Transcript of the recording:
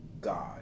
God